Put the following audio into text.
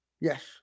Yes